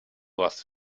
warst